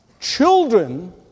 Children